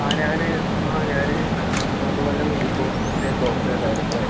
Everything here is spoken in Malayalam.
ആ ഞാൻ ആ ഞാൻ മൂന്ന് കൊല്ലം ഇൻഫോസിസിൽ സോഫ്റ്റ്വെയർ ഡെവലപ്പർ ആയിരുന്നു